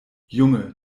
junge